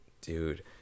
Dude